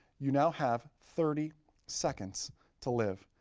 you now have thirty seconds to live.